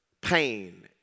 pain